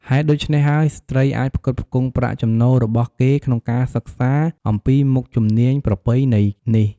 ហេតុដូច្នេះហើយ ស្ត្រីអាចផ្គត់ផ្គង់ប្រាក់ចំណូលរបស់គេក្នុងការសិក្សាអំពីមុខជំនាញប្រពៃណីនេះ។